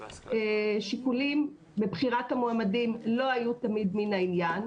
שיקולים בבחירת המועמדים לא היו תמיד מן העניין,